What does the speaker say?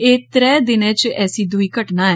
एह् त्रै दिनें च ऐसी दुई घटना ऐ